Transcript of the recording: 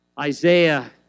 Isaiah